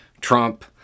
Trump